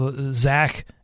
Zach